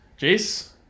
Jace